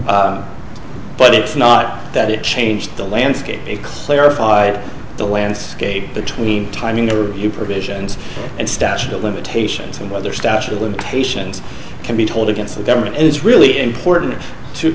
but it's not that it changed the landscape it clarified the landscape between timing are you provisions and statute of limitations and whether statute of limitations can be tolled against the government is really important